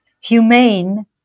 humane